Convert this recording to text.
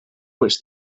which